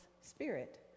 spirit